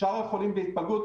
שאר החולים בהתפלגות.